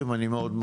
משטרה,